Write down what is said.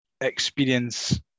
experience